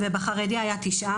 ובחרדי היה 9%,